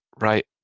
right